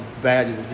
value